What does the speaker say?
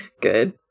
Good